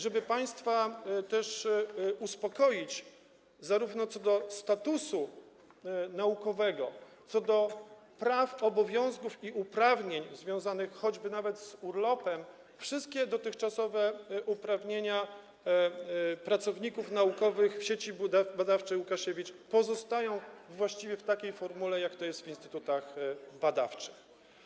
Żeby państwa uspokoić co do statusu naukowego, co do praw, obowiązków i uprawnień związanych choćby z urlopem - wszystkie dotychczasowe uprawnienia pracowników naukowych Sieci Badawczej: Łukasiewicz pozostają właściwie w takiej formule, jaka obowiązuje w instytutach badawczych.